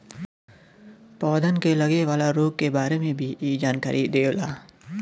पौधन के लगे वाला रोग के बारे में भी इ जानकारी देवला